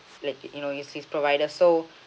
like you know with his provider so